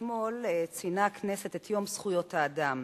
אתמול ציינה הכנסת את יום זכויות האדם,